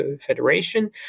federation